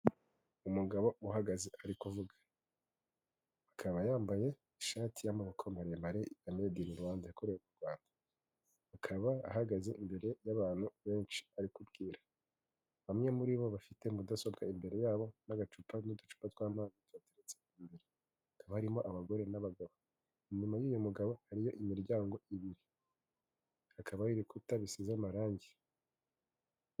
Umugabo uhagaze arikuvuga. Akaba yambaye ishati y'amaboko maremare ya made in Rwanda, yakorewe mu Rwanda. Akaba ahagaze imbere y'abantu benshi arikubwira. Bamwe muri bo bafite mudasobwa imbere yabo n'agacupa n'uducupa tw'amazi. Hakaba harimo abagore n'abagabo. Inyuma y'uyu mugabo hariyo imiryango ibiri. Akaba ari ibikuta bisize amarangi.